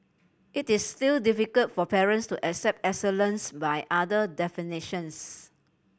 it is still difficult for parents to accept excellence by other definitions